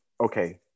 Okay